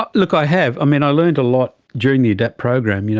but look, i have. um and i learned a lot during the adapt program, you know,